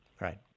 Right